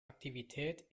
aktivität